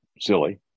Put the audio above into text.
silly